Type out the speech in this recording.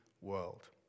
world